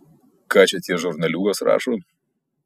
ką čia tie žurnaliūgos rašo